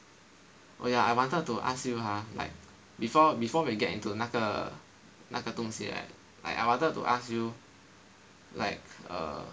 oh ya I wanted to ask you ah like before before we get into 那个那个东西 I I wanted to ask you like err